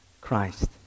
Christ